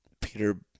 Peter